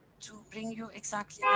to bring you exactly